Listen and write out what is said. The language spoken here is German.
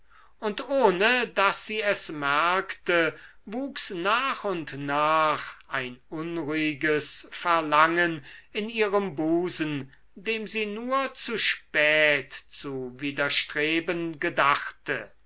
und ohne daß sie es merkte wuchs nach und nach ein unruhiges verlangen in ihrem busen dem sie nur zu spät zu widerstreben gedachte